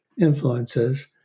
influences